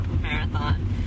marathon